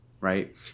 right